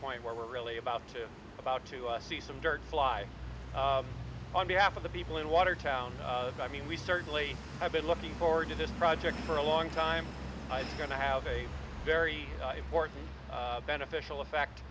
point where we're really about to about to see some dirt fly on behalf of the people in watertown i mean we certainly have been looking forward to this project for a long time it's going to have a very important beneficial effect